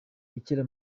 bikira